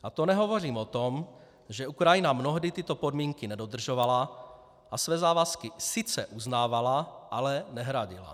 A to nehovořím o tom, že Ukrajina mnohdy tyto podmínky nedodržovala a své závazky sice uznávala, ale nehradila.